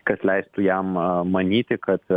kas leistų jam manyti kad